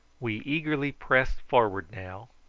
we eagerly pressed forward now,